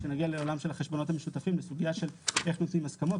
כשנגיע לעולם של החשבונות משותפים לסוגייה של איך מוציאים את ההסכמות.